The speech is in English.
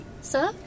Sir